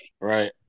Right